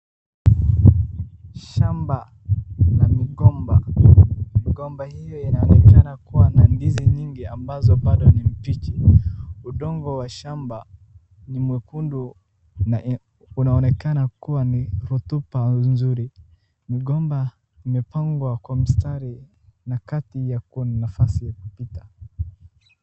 Shamba la migomba. Migomba hiyo inaonekana kuwa na ndizi nyingi ambazo bado ni mbichi. Udongo wa shamba ni mwekundu na unaonekana kuwa ni rotuba nzuri. Migomba imepangwa kwa mistari na kati hapo kuna mstari wa kupita.